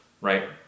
right